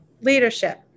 leadership